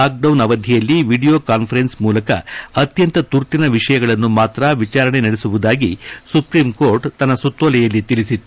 lockdown ಅವಧಿಯಲ್ಲಿ video conference ಮೂಲಕ ಅತ್ಯಂತ ತುರ್ತಿನ ವಿಷಯಗಳನ್ನು ಮಾತ್ರ ವಿಚಾರಣೆ ನಡೆಸುವುದಾಗಿ ಸುಪ್ರೀಂಕೋರ್ಟ್ ತನ್ನ ಸುತ್ತೋಲೆಯಲ್ಲಿ ತಿಳಿಸಿತ್ತು